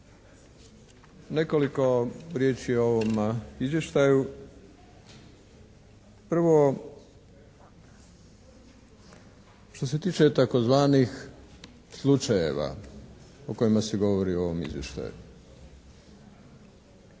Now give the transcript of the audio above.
Nekoliko riječi o ovom izvještaju. Prvo, što se tiče tzv. slučajeva o kojima se govori u ovom izvještaju.